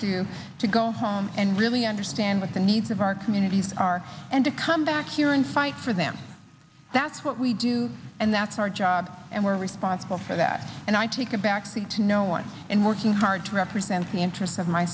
do to go home and really understand what the needs of our communities are and to come back here and fight for them that's what we do and that's our job and we're responsible for that and i take a back seat to no one and working hard to represent the interests of my